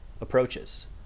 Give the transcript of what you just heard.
approaches